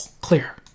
clear